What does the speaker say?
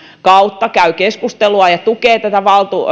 kautta käy keskustelua ja tukee tätä